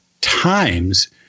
times